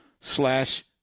slash